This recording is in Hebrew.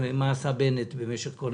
מה עשה בנט במשך כל